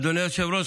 אדוני היושב-ראש,